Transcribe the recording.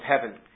heaven